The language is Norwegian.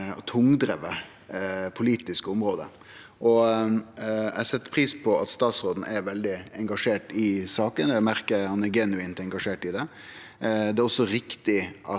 og tungdrive politisk område. Eg set pris på at statsråden er veldig engasjert i saka, eg merkar at han er genuint engasjert. Det er også riktig